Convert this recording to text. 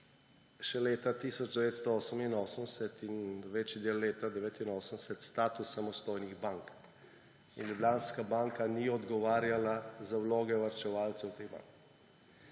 še leta 1988 in večji del leta 1989 status samostojnih bank in Ljubljanska banka ni odgovarjala za vloge varčevalcev teh bank.